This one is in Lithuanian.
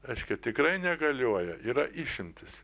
reiškia tikrai negalioja yra išimtys